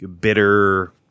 bitter